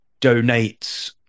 donates